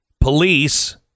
Police